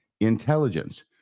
intelligence